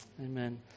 Amen